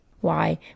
Why